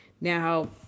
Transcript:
Now